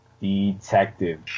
Detective